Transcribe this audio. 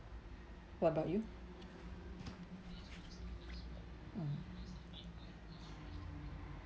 what about you mm